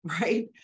Right